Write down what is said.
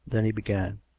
then he began.